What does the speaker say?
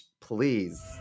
please